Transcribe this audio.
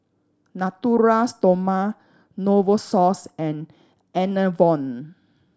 Natura Stoma Novosource and Enervon